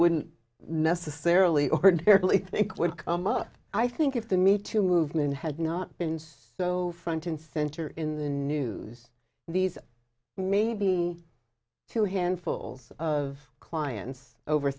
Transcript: wouldn't necessarily ordinarily think would come up i think if the meat to movement had not been so front and center in the news these may be two handfuls of clients over